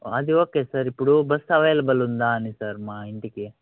అది okay sir ఇప్పుడు bus available ఉందా అని సార్ మా ఇంటికి